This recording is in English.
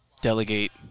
delegate